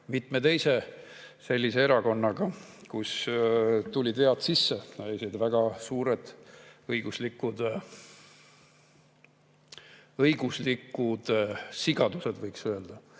mitme teise sellise erakonnaga, kus tulid vead sisse, isegi väga suured õiguslikud sigadused, võiks öelda.